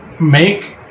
make